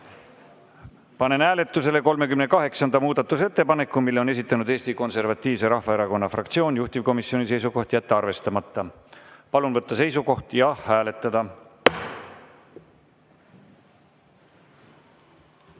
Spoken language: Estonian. nõua. Panen hääletusele 38. muudatusettepaneku. Selle on esitanud Eesti Konservatiivse Rahvaerakonna fraktsioon. Juhtivkomisjoni seisukoht on jätta arvestamata. Palun võtta seisukoht ja hääletada!